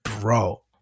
Bro